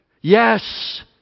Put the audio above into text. Yes